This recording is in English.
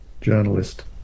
journalist